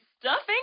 stuffing